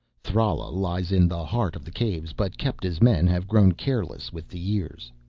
thrala lies in the heart of the caves but kepta's men have grown careless with the years.